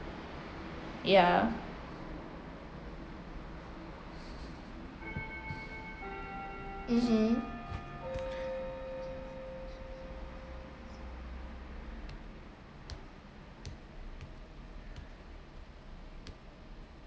yeah mmhmm